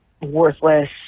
worthless